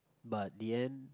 but in the end